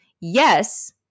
Yes